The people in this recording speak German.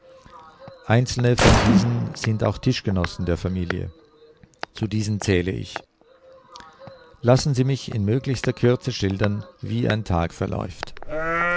einzelne von diesen sind auch tischgenossen der familie zu diesen zähle ich lassen sie mich in möglichster kürze schildern wie ein tag verläuft